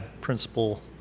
principal